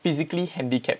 physically handicapped